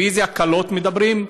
ועל איזה הקלות מדברים?